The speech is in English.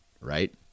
right